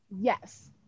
Yes